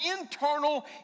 internal